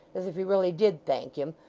as if he really did thank him,